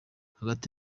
hagati